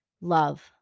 Love